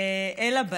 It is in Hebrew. אלא בעיר.